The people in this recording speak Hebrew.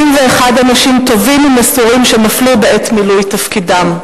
אנשים טובים ומסורים שנפלו בעת מילוי תפקידם.